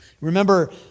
Remember